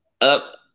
up